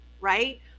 right